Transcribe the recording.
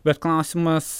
bet klausimas